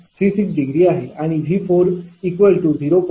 36 ° आणि V4 0